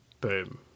Boom